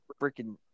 freaking